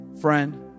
friend